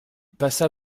passa